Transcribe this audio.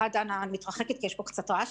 אחת דנה בתחום של תופעות